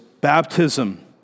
baptism